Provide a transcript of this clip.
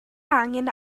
angen